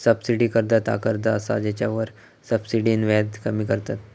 subsidy कर्ज ता कर्ज असा जेच्यावर सब्सिडीन व्याज कमी करतत